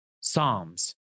Psalms